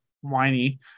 whiny